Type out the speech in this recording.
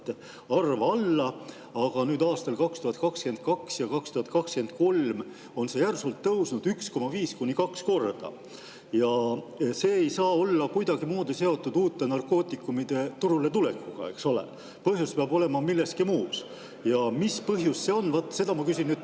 arv alla, aga nüüd, aastail 2022 ja 2023, on see järsult tõusnud: 1,5 kuni 2 korda. See ei saa olla kuidagimoodi seotud uute narkootikumide turule tulekuga, eks ole. Põhjus peab olema milleski muus. Ja mis põhjus see on, vaat seda ma küsin nüüd